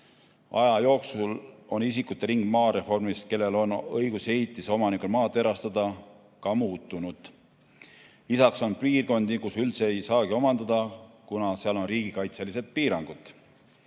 Aja jooksul on isikute ring, kellel on maareformis õigus ehitise omanikuna maad erastada, ka muutunud. Lisaks on piirkondi, kus üldse ei saagi maad omandada, kuna seal on riigikaitselised piirangud.